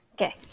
Okay